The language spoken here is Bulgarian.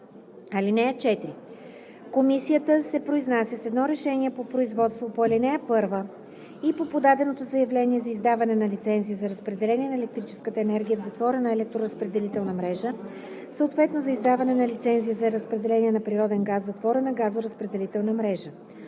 (4) Комисията се произнася с едно решение по производство по ал. 1 и по подаденото заявление за издаване на лицензия за разпределение на електрическа енергия в затворена електроразпределителна мрежа, съответно за издаване на лицензия за разпределение на природен газ в затворена газоразпределителна мрежа.